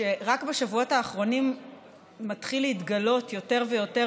ורק בשבועות האחרונים מתחיל להתגלות יותר ויותר